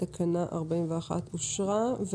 תקנה 41 אושרה פה-אחד.